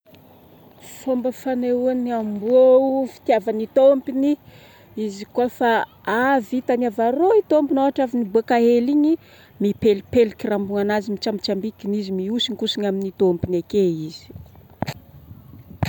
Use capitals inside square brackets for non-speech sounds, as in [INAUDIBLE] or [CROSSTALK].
Fômba fanehoan'ny amboa fitiavany tompony. Izy kôa fa avy hitany avarô, ohatra avy nibôaka hely igny.mipelipeliky rambognanazy, mitsambikimbikigny izy, mihosinkosigny amin'ny tômpiny akeo izy. [NOISE]